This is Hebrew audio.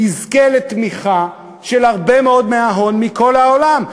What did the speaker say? יזכה לתמיכה של הרבה מאוד מההון מכל העולם.